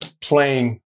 playing